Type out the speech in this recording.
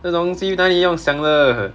这种东西哪里要想的